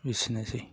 एसेनोसै